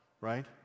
right